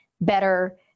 better